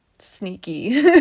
sneaky